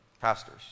pastors